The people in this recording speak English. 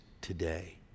today